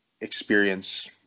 experience